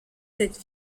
cette